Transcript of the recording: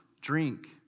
drink